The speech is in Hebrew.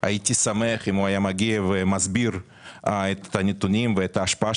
שמח אם הוא היה מגיע ומסביר את הנתונים ואת ההשפעה